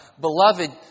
Beloved